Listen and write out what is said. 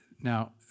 now